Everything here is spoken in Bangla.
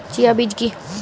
চিয়া বীজ কী?